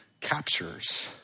captures